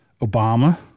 Obama –